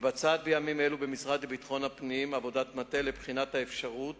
מתבצעת בימים אלו במשרד לביטחון הפנים עבודת מטה לבחינת האפשרות